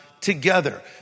together